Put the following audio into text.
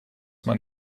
man